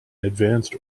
advanced